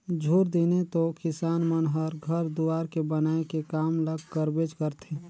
झूर दिने तो किसान मन हर घर दुवार के बनाए के काम ल करबेच करथे